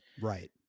Right